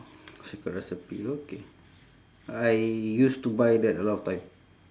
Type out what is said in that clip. secret recipe okay I used to buy that a lot of time